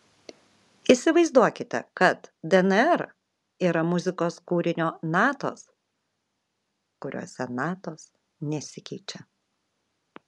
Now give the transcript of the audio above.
įsivaizduokite kad dnr yra muzikos kūrinio natos kuriose natos nesikeičia